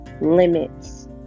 limits